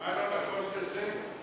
מה לא נכון בזה?